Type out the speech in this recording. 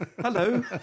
hello